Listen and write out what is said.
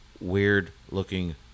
weird-looking